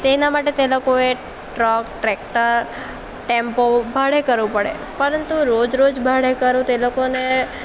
તેના માટે તે લોકોએ ટ્રક ટ્રેક્ટર ટેમ્પો ભાડે કરવો પડે પરંતુ રોજ રોજ ભાડે કરો તે લોકોને